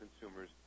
consumers